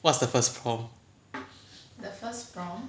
what's the first prompt